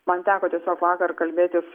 man teko tiesiog vakar kalbėtis